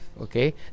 okay